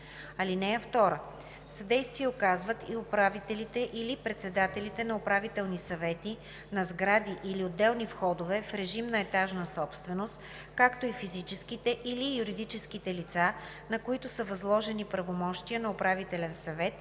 (2) Съдействие оказват и управителите или председателите на управителните съвети на сгради или отделни входове в режим на етажна собственост, както и физическите или юридическите лица, на които са възложени правомощия на управителен съвет